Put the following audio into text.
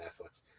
Netflix